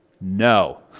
No